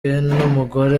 n’umugore